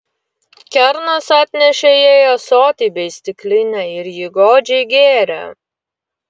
kernas atnešė jai ąsotį bei stiklinę ir ji godžiai gėrė